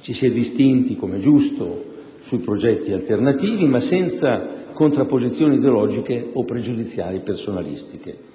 ci si è distinti, come è giusto, su progetti alternativi, ma senza contrapposizioni ideologiche o pregiudiziali personalistiche.